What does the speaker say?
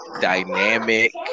dynamic